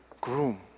groom